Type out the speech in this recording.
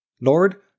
Lord